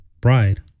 bride